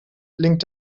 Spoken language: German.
blinkt